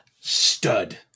stud